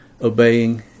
obeying